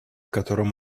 которым